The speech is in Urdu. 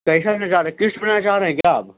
کیسا لینا چاہ رہے ہیں قسط پر لینا چاہ رہے ہیں کیا آپ